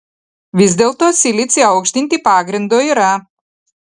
vis dėlto silicį aukštinti pagrindo yra